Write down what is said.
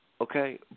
okay